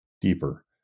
deeper